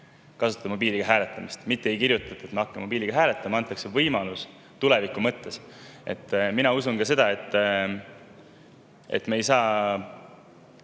kasutada mobiiliga hääletamist, mitte ei kirjutata, et me hakkame mobiiliga hääletama, vaid antakse võimalus tuleviku mõttes. Mina usun ka seda, et me ei saa